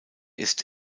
ist